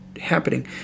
happening